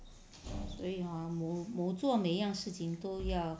所以 hor 某某作每样事情都要